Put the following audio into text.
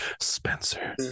spencer